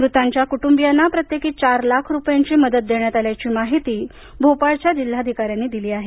मृतांच्या कुटुंबीयांना प्रत्येकी चार लाख रुपयांची मदत देण्यात आल्याची माहिती भोपाळच्या जिल्हाधिकाऱ्यांनी दिली आहे